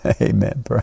Amen